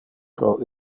pro